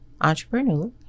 entrepreneur